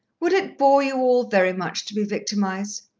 would it bore you all very much to be victimized?